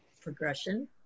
progression